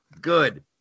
Good